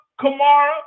Kamara